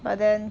but then